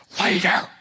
later